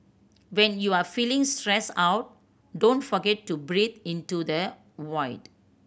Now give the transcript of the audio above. when you are feeling stressed out don't forget to breathe into the void